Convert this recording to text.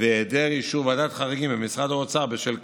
ובהיעדר אישור ועדת חריגים במשרד האוצר בשל כך.